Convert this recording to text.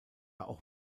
auch